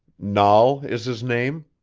nahl is his name?